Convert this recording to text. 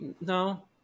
no